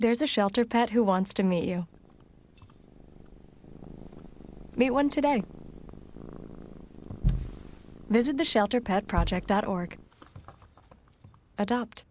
there's a shelter pet who wants to meet you meet one today visit the shelter pet project or adopt